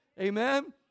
Amen